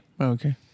Okay